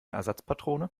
ersatzpatrone